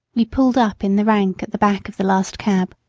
we pulled up in the rank at the back of the last cab.